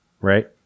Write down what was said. right